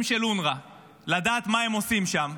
של אונר"א היום ולדעת מה הם עושים שם,